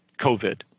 COVID